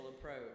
approach